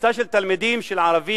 קבוצה של תלמידים, של ערבים,